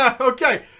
okay